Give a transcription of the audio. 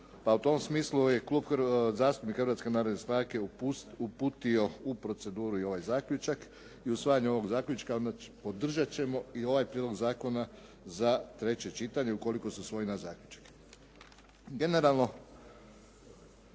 a u tom smislu je Klub zastupnika Hrvatske narodne stranke uputio u proceduru i ovaj zaključak i usvajanje ovog zaključka. Podržat ćemo i ovaj prijedlog zakona za treće čitanje ukoliko se usvoji naš zaključak. Generalno